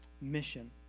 mission